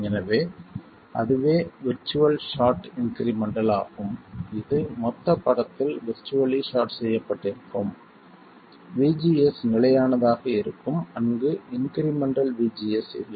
எனவே அதுவே virtual short incremental ஆகும் இது மொத்தப் படத்தில் விர்ச்சுவல்லி ஷார்ட் செய்யப்பட்டிருக்கும் VGS நிலையானதாக இருக்கும் அங்கு இன்க்ரிமெண்டல் VGS இல்லை